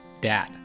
Dad